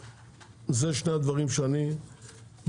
אלה שני הדברים שאני ביקשתי,